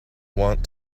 want